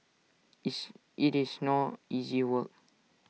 it's IT is no easy work